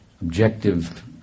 objective